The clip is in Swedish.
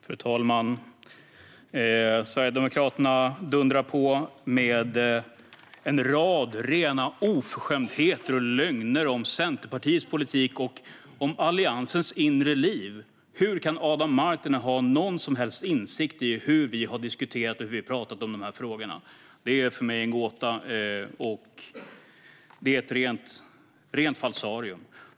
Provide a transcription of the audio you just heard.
Fru talman! Sverigedemokraterna dundrar på med en rad rena oförskämdheter och lögner om Centerpartiets politik och om Alliansens inre liv. Hur kan Adam Marttinen ha någon som helst insikt i hur vi har diskuterat i de här frågorna? Det är för mig en gåta och ett rent falsarium.